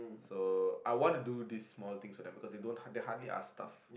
so I want to do this small things for them because they don't they hardly are stuff